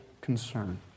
concern